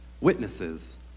witnesses